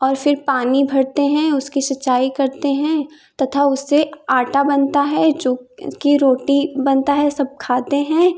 और फिर पानी भरते हैं उसकी सिंचाई करते हैं तथा उससे आटा बनता है जो कि रोटी बनता है सब खाते हैं